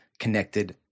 connected